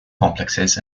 complexes